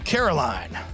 Caroline